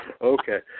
Okay